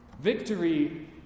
Victory